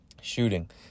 shooting